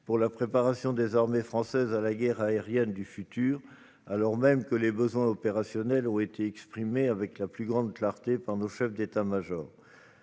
pour la préparation des armées françaises à la guerre aérienne du futur, alors même que les besoins opérationnels ont été exprimés avec la plus grande clarté par nos chefs d'état-major.